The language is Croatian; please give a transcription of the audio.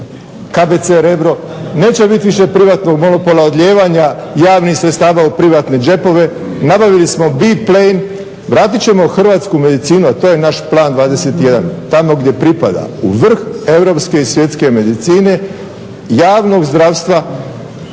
KBC Rebro neće bit više privatnog monopola odlijevanja javnih sredstava u privatne džepove. Nabavili smo … /Govornik se ne razumije./…, vratit ćemo hrvatsku medicinu, a to je naš Plan 21, tamo gdje pripada – u vrh europske i svjetske medicine, javnog zdravstva.